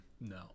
No